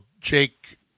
Jake